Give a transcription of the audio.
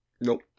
Nope